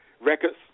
records